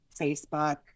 Facebook